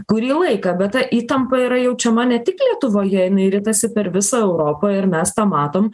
kurį laiką bet ta įtampa yra jaučiama ne tik lietuvoje jinai ritasi per visą europą ir mes tą matom